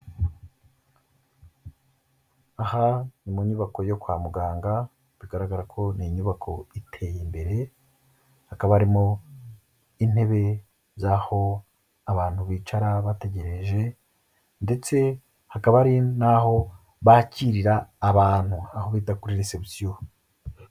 Aha ni mu nyubako yo kwa muganga, bigaragara ko ni inyubako iteye imbere, hakaba harimo intebe zaho abantu bicara bategereje, ndetse hakaba hari naho bakirira abantu, aho bita kuri resebusiyo.